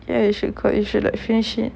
ya you should go you should like finish it